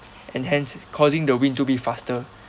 and hence causing the wind to be faster